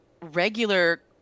regular